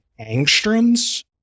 angstroms